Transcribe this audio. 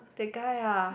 that guy ah